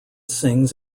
sings